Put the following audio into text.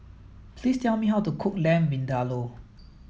please tell me how to cook Lamb Vindaloo